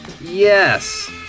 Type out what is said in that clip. Yes